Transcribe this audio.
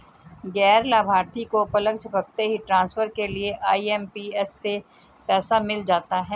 गैर लाभार्थी को पलक झपकते ही ट्रांसफर के लिए आई.एम.पी.एस से पैसा मिल जाता है